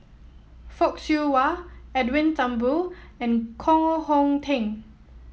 Fock Siew Wah Edwin Thumboo and Koh Hong Teng